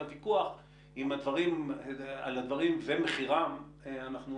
את הוויכוח על הדברים ומחירם אנחנו